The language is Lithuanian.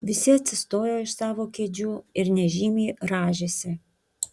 visi atsistojo iš savo kėdžių ir nežymiai rąžėsi